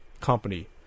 company